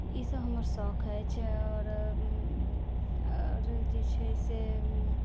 ई सब हमर शौख अछि आओर जे छै से